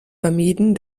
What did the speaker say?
vermieden